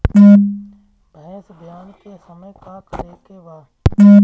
भैंस ब्यान के समय का करेके बा?